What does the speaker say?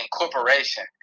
incorporation